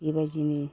बेबायदिनो